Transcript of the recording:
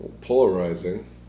polarizing